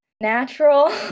natural